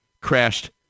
crashed